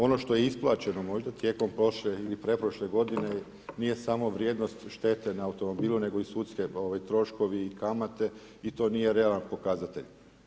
Ono što je isplaćeno možda tijekom prošle ili pretprošle godine, nije samo vrijednost štete na automobilu nego i sudski troškovi, kamate i to nije realan pokazatelj.